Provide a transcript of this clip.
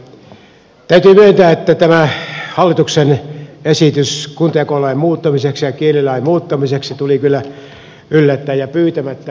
täytyy myöntää että tämä hallituksen esitys kuntajakolain muuttamiseksi ja kielilain muuttamiseksi tuli kyllä yllättäen ja pyytämättä